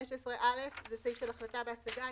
סעיף 15(א) זה סעיף של החלטה בהשגה,